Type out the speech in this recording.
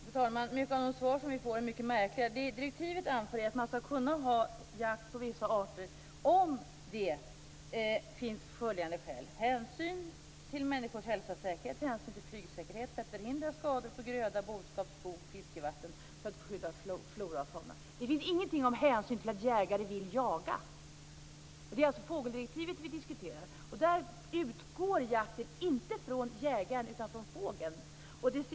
Fru talman! Många av de svar som vi får är mycket märkliga. Vad direktivet anför är att man skall kunna bedriva jakt på vissa arter om det finns följande skäl: hänsyn till människors hälsa och säkerhet, hänsyn till flygsäkerhet, för att förhindra skador på gröda, boskap, skog, fiske, vatten och för att skydda flora och fauna. Det står ingenting om att man skall ta hänsyn till att jägare vill jaga. Det är alltså fågeldirektivet som vi diskuterar, och där utgår jakten inte från jägaren utan från fågeln.